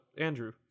Andrew